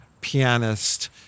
pianist